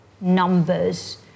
numbers